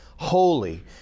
Holy